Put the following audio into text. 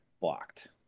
blocked